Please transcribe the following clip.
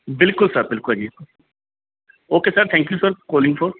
ਬਿਲਕੁਲ ਸਰ ਬਿਲਕੁਲ ਜੀ okay sir thank you sir calling four